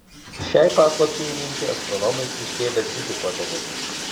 šiai paslapčiai įminti astronomai iškėlė dvi hipotezes